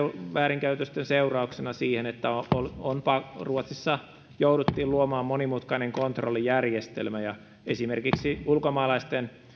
väärinkäytösten seurauksena siihen että ruotsissa jouduttiin luomaan monimutkainen kontrollijärjestelmä ja esimerkiksi ulkomaalaisten